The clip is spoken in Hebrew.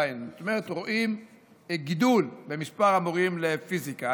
זאת אומרת, רואים גידול במספר המורים לפיזיקה.